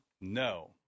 No